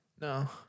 No